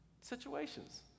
situations